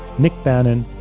nic bannon,